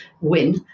win